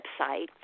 website